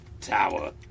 tower